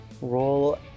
Roll